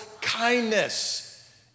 kindness